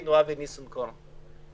אבי ניסנקורן.